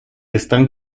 están